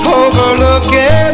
overlooking